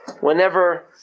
whenever